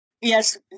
Yes